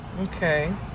Okay